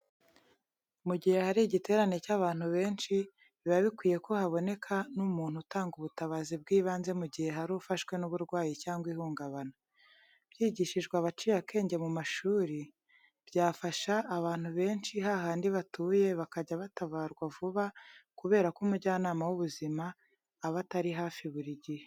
Mu gihe hari igiterane cy'abantu benshi, biba bikwiye ko haboneka n'umuntu utanga ubutabazi bw'ibanze mu gihe hari ufashwe n'uburwayi cyangwa ihungabana. Byigishijwe abaciye akenge mu mashuri, byafasha abantu benshi hahandi batuye bakajya batabarwa vuba kubera ko umujyanama w'ubuzima aba atari hafi buri gihe.